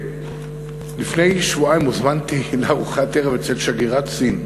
לפני שבועיים הוזמנתי לארוחת ערב אצל שגרירת סין.